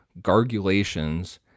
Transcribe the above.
gargulations